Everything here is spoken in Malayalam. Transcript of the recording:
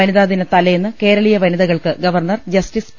വനിതാ ദിന തലേന്ന് കേരളീയ വനിതകൾക്ക് ഗവർണർ ജസ്റ്റിസ് പി